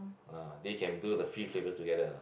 ah they can do the free flavours together ah